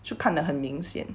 就看了很明显